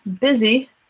Busy